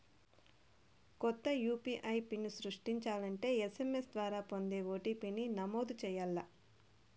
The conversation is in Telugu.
కొత్త యూ.పీ.ఐ పిన్ సృష్టించాలంటే ఎస్.ఎం.ఎస్ ద్వారా పొందే ఓ.టి.పి.ని నమోదు చేయాల్ల